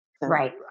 Right